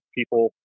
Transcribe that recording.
people